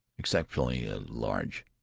exceptionally ah large.